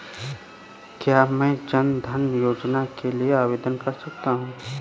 क्या मैं जन धन योजना के लिए आवेदन कर सकता हूँ?